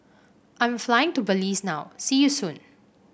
I'm flying to Belize now see you soon